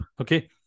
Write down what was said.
Okay